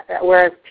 whereas